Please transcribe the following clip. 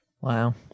Wow